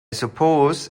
suppose